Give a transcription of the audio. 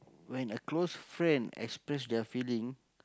when a close friend express their feeling